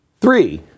Three